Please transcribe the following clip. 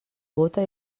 bóta